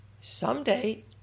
someday